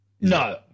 No